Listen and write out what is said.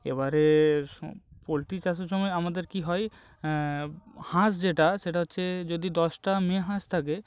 এবারে পোলট্রি চাষের সময় আমাদের কী হয় হাঁস যেটা সেটা হচ্ছে যদি দশটা মেয়ে হাঁস থাকে